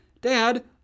Dad